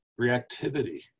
reactivity